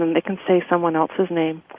and they can say someone else's name,